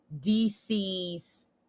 DC's